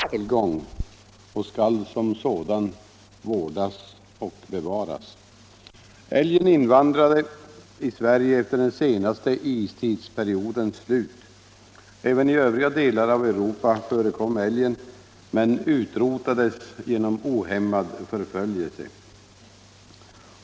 Herr talman! Älgstammen utgör en nationaltillgång och skall vårdas och bevaras. Älgen invandrade i Sverige efter den senaste istidens slut. Även i övriga delar av Europa förekom älgen, men utrotades genom ohämmad förföljelse.